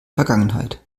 vergangenheit